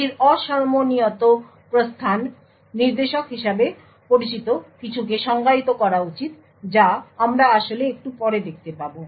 এটির অসমনিয়ত প্রস্থান নির্দেশক হিসাবে পরিচিত কিছুকে সংজ্ঞায়িত করা উচিত যা আমরা আসলে একটু পরে দেখতে পাব